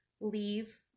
Leave